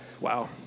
wow